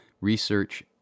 research